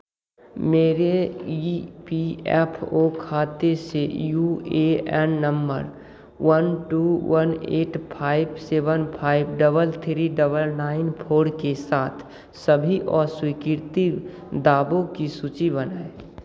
मेरे E P F O खाते से U A N number one two one eight five seven five double three double nine four के साथ सभी अस्वीकीर्ति दावों की सूची बनाये